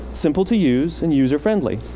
simple to use and user friendly.